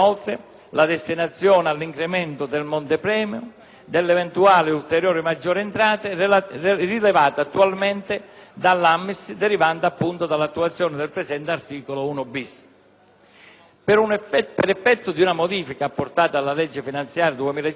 delle eventuali ulteriori maggiori entrate, rilevate annualmente dall'AAMS, derivanti dall'attuazione del presente articolo 1-*bis*. Per effetto di una modifica apportata alla legge finanziaria per il 2005, si introduce anche il divieto di scommettere